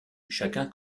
chacun